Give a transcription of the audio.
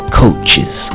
coaches